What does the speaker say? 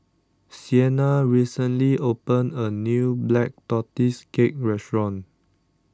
Siena recently opened a new Black Tortoise Cake Restaurant